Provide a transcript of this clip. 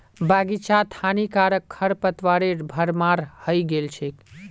बग़ीचात हानिकारक खरपतवारेर भरमार हइ गेल छ